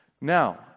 Now